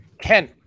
ken